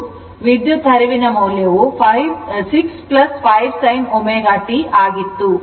ವಿದ್ಯುತ್ ಹರಿವಿನ ಮೌಲ್ಯವು 6 5 sin ω t ಆಗಿತ್ತು